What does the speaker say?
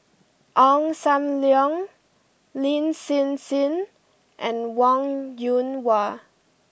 Ong Sam Leong Lin Hsin Hsin and Wong Yoon Wah